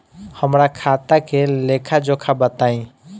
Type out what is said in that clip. हमरा खाता के लेखा जोखा बताई?